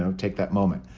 and take that moment.